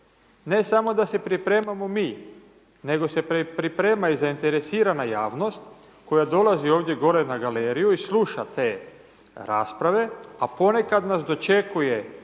Ne samo da se pripremamo mi, nego se priprema i zainteresirana javnost koja dolazi ovdje gore na galeriju i sluša te rasprave, a ponekad nas dočekuje